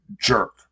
jerk